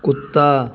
कुत्ता